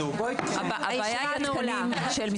הישיבה ננעלה בשעה 11:00.